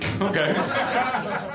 Okay